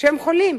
שהם חולים.